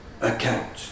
account